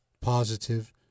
positive